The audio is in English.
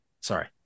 Sorry